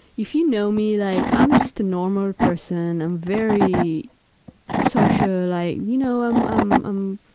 if you know me, like i'm just a normal person. i'm very social. i, you know, i'm, um um